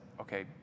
okay